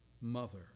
mother